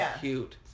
cute